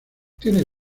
tiene